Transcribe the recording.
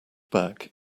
back